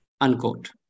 unquote